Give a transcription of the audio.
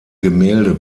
gemälde